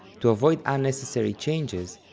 to avoid unnecessary changes,